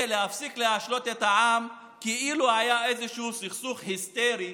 ולהפסיק להשלות את העם כאילו היה איזשהו סכסוך היסטרי,